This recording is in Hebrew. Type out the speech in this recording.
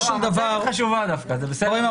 חברים,